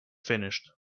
finished